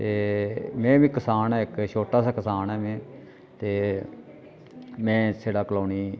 ते में बी कसान आं इक छोटा सा कसान आं में ते में सिरा कलोनी